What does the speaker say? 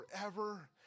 forever